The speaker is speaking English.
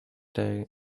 day